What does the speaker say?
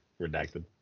Redacted